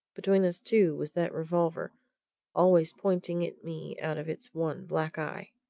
between us, too, was that revolver always pointing at me out of its one black eye.